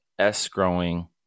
escrowing